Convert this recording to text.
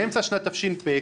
באמצע שנת תש"פ,